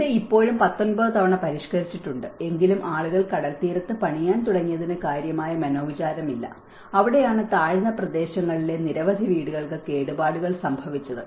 അത് ഇപ്പോഴും 19 തവണ പരിഷ്കരിച്ചിട്ടുണ്ട് എന്നിട്ടും ആളുകൾ കടൽത്തീരത്ത് പണിയാൻ തുടങ്ങിയതിന് കാര്യമായ മനോവിചാരം ഇല്ല അവിടെയാണ് താഴ്ന്ന പ്രദേശങ്ങളിലെ നിരവധി വീടുകൾക്ക് കേടുപാടുകൾ സംഭവിച്ചത്